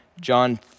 John